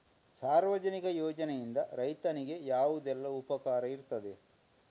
ಸಾರ್ವಜನಿಕ ಯೋಜನೆಯಿಂದ ರೈತನಿಗೆ ಯಾವುದೆಲ್ಲ ಉಪಕಾರ ಇರ್ತದೆ?